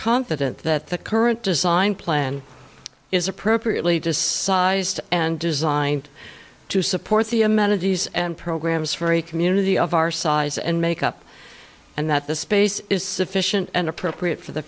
confident that the current design plan is appropriately to sized and designed to support the amenities and programs for a community of our size and makeup and that the space is sufficient and appropriate for the